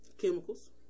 Chemicals